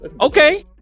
Okay